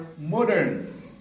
modern